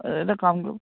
এই কামটো